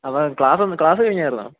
അപ്പോള് ക്ലാസ്സിന്ന് ക്ലാസ്സ് കഴിഞ്ഞായിരുന്നോ